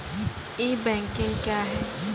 ई banking क्या हैं?